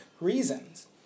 reasons